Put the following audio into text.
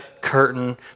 curtain